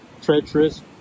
treacherous